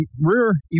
rear